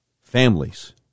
families